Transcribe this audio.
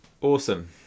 Awesome